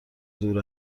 دور